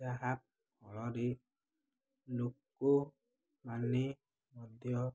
ଯାହା ଫଳରେ ଲୋକ ମାନେ ମଧ୍ୟ